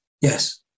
Yes